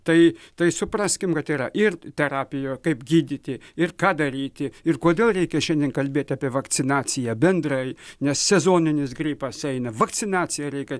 tai tai supraskim kad yra ir terapija kaip gydyti ir ką daryti ir kodėl reikia šiandien kalbėti apie vakcinaciją bendrai nes sezoninis gripas eina vakcinaciją reikia